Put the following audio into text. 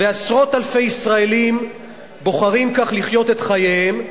ועשרות אלפי ישראלים בוחרים כך לחיות את חייהם,